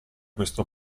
questo